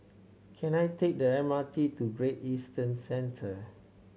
can I take the M R T to Great Eastern Centre